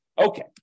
Okay